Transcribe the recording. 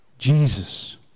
Jesus